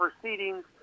proceedings